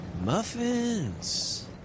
Muffins